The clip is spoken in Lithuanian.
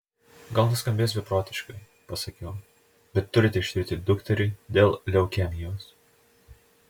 gal nuskambės beprotiškai pasakiau bet turite ištirti dukterį dėl leukemijos